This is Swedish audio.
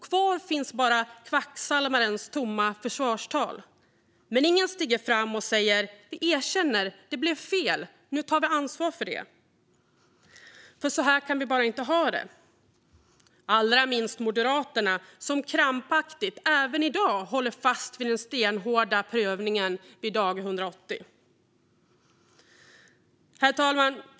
Kvar finns bara kvacksalvarens tomma försvarstal, men ingen stiger fram och säger: Vi erkänner. Det blev fel. Nu tar vi ansvar för det. Så kan vi bara inte ha det, allra minst Moderaterna, som även i dag håller krampaktigt fast vid den stenhårda prövningen vid dag 180. Herr talman!